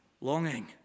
longing